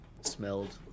smelled